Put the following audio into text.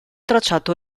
tracciato